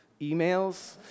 emails